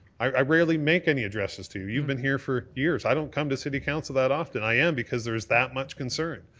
i rarely make any addresses to you. you've been here for years, i don't come to city council that often. i am because there's that much concern.